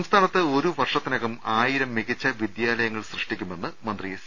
സംസ്ഥാനത്ത് ഒരു വർഷത്തിനകം ആയിരം മികച്ച വിദ്യാലയങ്ങൾ സൃഷ്ടിക്കുമെന്ന് മന്ത്രി സി